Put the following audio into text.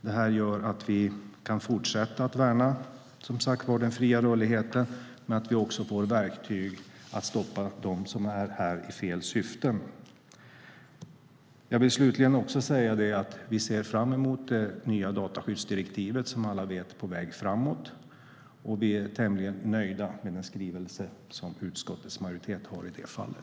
Det här gör att vi kan fortsätta värna den fria rörligheten men att vi också får verktyg att stoppa dem som är här i fel syfte. Jag vill slutligen säga att vi ser fram mot det nya dataskyddsdirektivet, som alla vet är på väg framåt. Vi är tämligen nöjda med den skrivelse som utskottets majoritet har i det fallet.